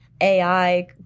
AI